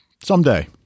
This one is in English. someday